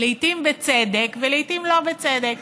לעיתים בצדק ולעיתים לא בצדק,